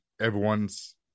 everyone's